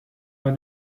war